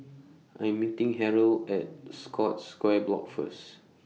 I'm meeting Harold At Scotts Square Block First